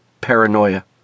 Paranoia